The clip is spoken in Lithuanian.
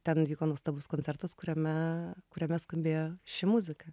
ten vyko nuostabus koncertas kuriame kuriame skambėjo ši muzika